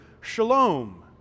shalom